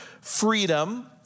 freedom